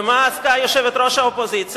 במה עסקה יושבת-ראש האופוזיציה?